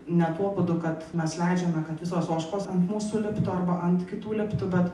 ne tuo būdu kad mes leidžiame kad visos ožkos ant mūsų liptų arba ant kitų liptų bet